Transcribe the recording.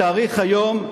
התאריך היום,